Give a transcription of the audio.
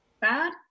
bad